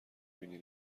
بینی